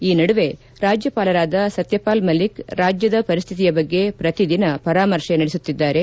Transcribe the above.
ಈ ನಡುವೆ ರಾಜ್ಯಪಾಲರಾದ ಸತ್ಯಪಾಲ್ ಮಲ್ಲಿಕ್ ರಾಜ್ಯದ ಪರಿಸ್ಥಿತಿಯ ಬಗ್ಗೆ ಪ್ರತಿದಿನ ಪರಾಮರ್ಶೆ ನಡೆಸುತ್ತಿದ್ದಾರೆ